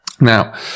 Now